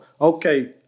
Okay